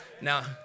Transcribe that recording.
Now